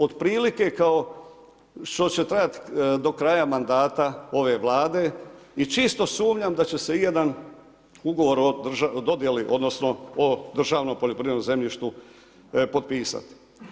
Od prilike kao što će trajati do kraja mandata ove Vlade, i čisto sumnjam da će se i jedan ugovor o dodjeli, odnosno o državnom poljoprivrednom zemljištu potpisat.